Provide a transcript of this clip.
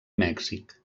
mèxic